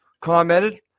commented